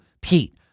Pete